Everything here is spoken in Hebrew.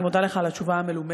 אני מודה לך על התשובה המלומדת.